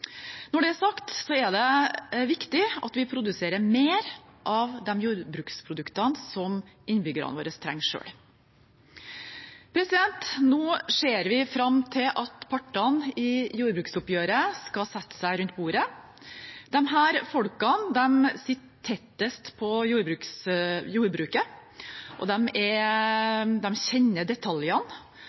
Når det er sagt, er det viktig at vi produserer mer selv av de jordbruksproduktene innbyggerne våre trenger. Nå ser vi fram til at partene i jordbruksoppgjøret skal sette seg rundt bordet. Disse folkene sitter tettest på jordbruket, og de kjenner detaljene, noe som er